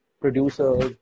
producers